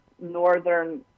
northern